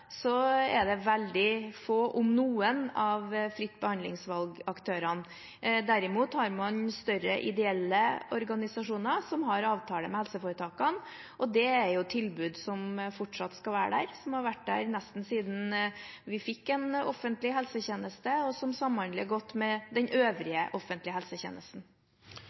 er det veldig få – om noen – av fritt behandlingsvalgaktørene. Derimot har man større ideelle organisasjoner som har avtale med helseforetakene. Det er jo tilbud som fortatt skal være der, og som har vært der nesten helt siden vi fikk en offentlig helsetjeneste, og som samhandler godt med den øvrige offentlige helsetjenesten.